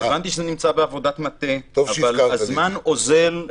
הבנתי שזה נמצא בעבודת מטה, אבל הזמן אוזל.